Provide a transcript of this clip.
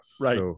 right